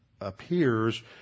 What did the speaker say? appears